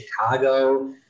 Chicago